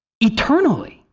eternally